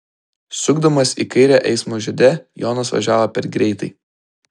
sukdamas į kairę eismo žiede jonas važiavo per greitai